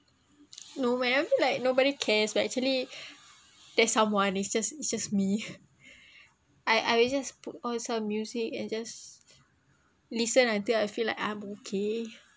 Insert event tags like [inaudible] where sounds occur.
no when I feel like nobody cares but actually [breath] there's someone is just is just me [noise] I I will just put on some music and just listen until I feel like I'm okay